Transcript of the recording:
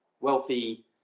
wealthy